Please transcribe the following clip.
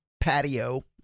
patio